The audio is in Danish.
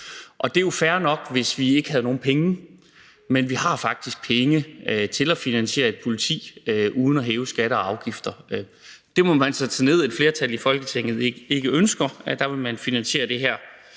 Og det ville jo være fair nok, hvis vi ikke havde nogen penge, men vi har faktisk penge til at finansiere et politi uden at hæve skatter og afgifter. Det må man så tage ned at et flertal i Folketinget ikke ønsker; dér vil man finansiere det her